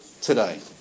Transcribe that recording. today